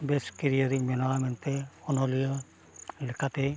ᱵᱮᱥ ᱠᱮᱨᱤᱭᱟᱨᱤᱧ ᱵᱮᱱᱟᱣᱟ ᱢᱮᱱᱛᱮᱫ ᱚᱱᱚᱞᱤᱭᱟᱹ ᱞᱮᱠᱟᱛᱮ